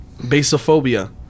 Basophobia